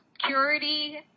security